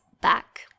back